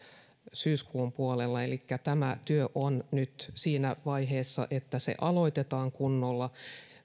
syyskuun puolella elikkä tämä työ on nyt siinä vaiheessa että se aloitetaan kunnolla